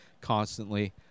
constantly